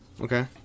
Okay